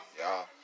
Y'all